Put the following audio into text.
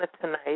tonight